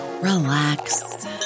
relax